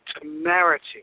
temerity